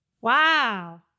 Wow